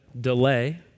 delay